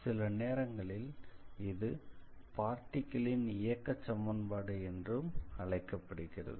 சில நேரங்களில் இது பார்ட்டிகிளின் இயக்கச் சமன்பாடு என்றும் அழைக்கப்படுகிறது